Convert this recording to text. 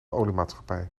oliemaatschappij